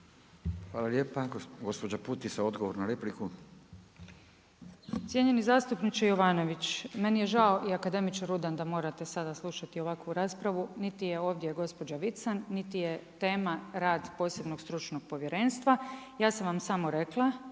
Hvala lijepa. Gospođa Putica odgovor na repliku. **Putica, Sanja (HDZ)** Cijenjeni zastupniče Jovanović, meni je žao i akademiče Rudan da morate sada slušati ovakvu raspravu, niti je ovdje gospođa Vican niti je tema rad posebnog stručnog povjerenstva. Ja sam vam samo rekla,